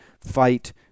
fight